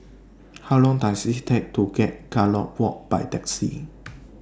How Long Does IT Take to get Gallop Walk By Taxi